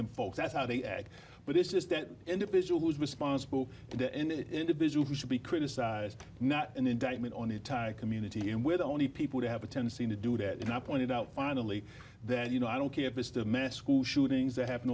them folks that's how they act but it's just an individual who's responsible individual who should be criticized not an indictment on the community and we're the only people who have a tendency to do that and i pointed out finally that you know i don't care if it's the mass school shootings that happen